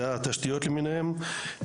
זה התשתיות למיניהן,